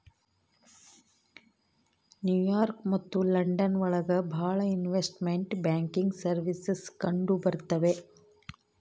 new York ಮತ್ತು London ಒಳಗ ಭಾಳ ಇನ್ವೆಸ್ಟ್ಮೆಂಟ್ ಬ್ಯಾಂಕಿಂಗ್ ಸರ್ವೀಸಸ್ ಕಂಡುಬರ್ತವೆ